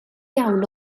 iawn